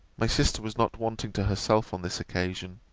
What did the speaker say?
my sister was not wanting to herself on this occasion.